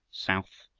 south,